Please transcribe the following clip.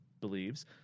believes